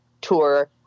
tour